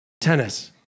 Tennis